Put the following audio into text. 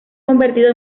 convertido